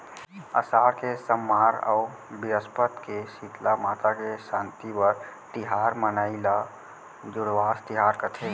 असाड़ के सम्मार अउ बिरस्पत के सीतला माता के सांति बर तिहार मनाई ल जुड़वास तिहार कथें